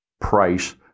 price